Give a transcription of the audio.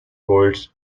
colds